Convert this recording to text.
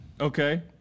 Okay